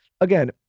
again